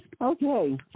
Okay